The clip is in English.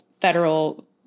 federal